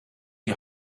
die